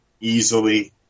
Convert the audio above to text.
easily